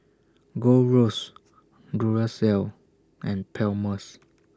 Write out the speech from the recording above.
Gold Roast Duracell and Palmer's